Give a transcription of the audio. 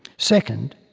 second,